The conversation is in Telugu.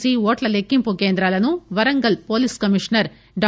సి ఓట్ల లెక్సింపు కేంద్రాలను వరంగల్ పోలీస్ కమిషనర్ డా